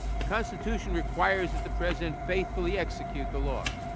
the constitution requires that the president faithfully execute the law.